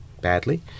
badly